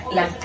la